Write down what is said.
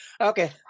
Okay